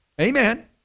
Amen